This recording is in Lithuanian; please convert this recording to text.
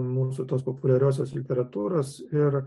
mūsų tos populiariosios literatūros ir